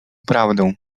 prawdą